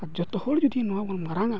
ᱟᱨ ᱡᱚᱛᱚᱦᱚᱲ ᱡᱩᱫᱤ ᱱᱚᱣᱟ ᱵᱚᱱ ᱢᱟᱨᱟᱝᱟ